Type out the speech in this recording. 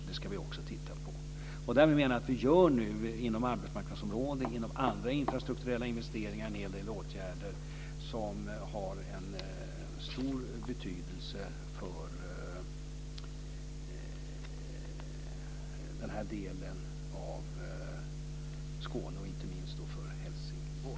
Därmed menar jag att vi vidtar en hel del åtgärder inom arbetsmarknadsområdet och infrastrukturområdet som har stor betydelse för denna del av Skåne och inte minst för Helsingborg och Helsingør.